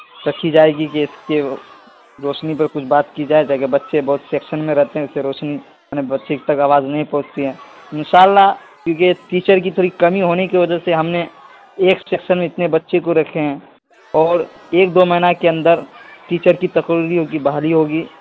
رکھی جائے گی کہ اس کی روشنی پر کچھ بات کی جائے تاکہ بچے بہت سیکشن میں رہتے ہیں اس سے روشنی یعنی بچے تک آواز نہیں پہنچتی ہے ان شاء اللہ کیونکہ ٹیچر کی تھوڑی کمی ہونے کی وجہ سے ہم نے ایک سیکشن میں اتنے بچے کو رکھیں ہیں اور ایک دو مہینہ کے اندر ٹیچر کی تقرری کی بحالی ہوگی